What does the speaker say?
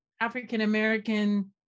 African-American